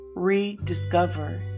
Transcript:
Rediscover